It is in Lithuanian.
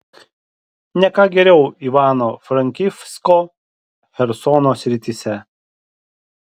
ne ką geriau ivano frankivsko chersono srityse